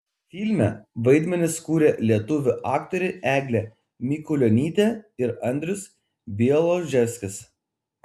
filme vaidmenis kūrė lietuvių aktoriai eglė mikulionytė ir andrius bialobžeskis